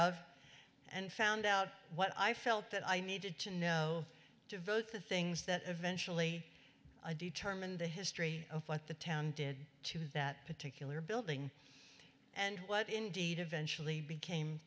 of and found out what i felt that i needed to know to vote the things that eventually determine the history of what the town did to that particular building and what indeed eventually became